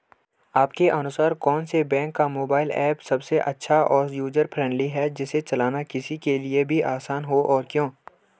आपके अनुसार कौन से बैंक का मोबाइल ऐप सबसे अच्छा और यूजर फ्रेंडली है जिसे चलाना किसी के लिए भी आसान हो और क्यों?